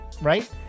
right